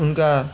हुनका